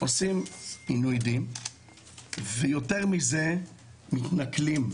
עושים עינוי דין ויותר מזה מתנכלים,